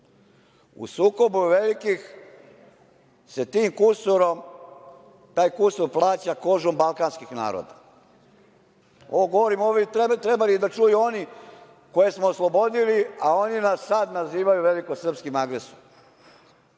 U sukobu velikih se taj kusur plaća kožom balkanskih naroda". Ovo bi trebalo da čuju oni koje smo oslobodili, a oni nas sad nazivaju velikosrpskim agresorom.